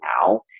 now